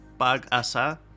Pagasa